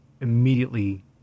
immediately